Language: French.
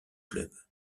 club